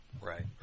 Right